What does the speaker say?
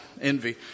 envy